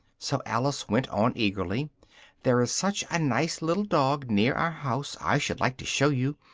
so alice went on eagerly there is such a nice little dog near our house i should like to show you!